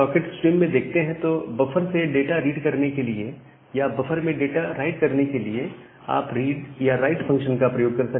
stream socket में देखते हैं तो बफर से डाटा रीड करने के लिए या बफर में डाटा राइट करने के लिए आप रीड या राइट फंक्शन का प्रयोग कर सकते हैं